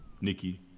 Nikki